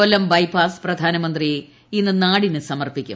കൊല്ലം bypass പ്രധാനമന്ത്രി ഇന്ന് നാടിന് സമർപ്പിക്കും